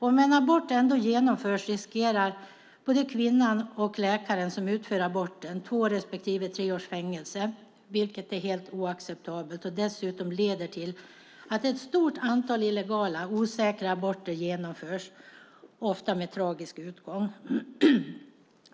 Om en abort ändå genomförs riskerar både kvinnan och läkaren som utför aborten två respektive tre års fängelse. Det är helt oacceptabelt och leder dessutom till att ett stort antal illegala, osäkra aborter genomförs ofta med tragisk utgång.